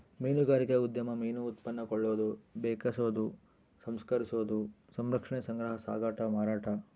ಮೀನುಗಾರಿಕಾ ಉದ್ಯಮ ಮೀನು ಉತ್ಪನ್ನ ಕೊಳ್ಳೋದು ಬೆಕೆಸೋದು ಸಂಸ್ಕರಿಸೋದು ಸಂರಕ್ಷಣೆ ಸಂಗ್ರಹ ಸಾಗಾಟ ಮಾರಾಟ